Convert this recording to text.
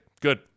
Good